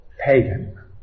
pagan